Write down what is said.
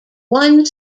one